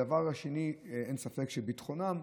הדבר השני הוא ללא ספק ביטחונם.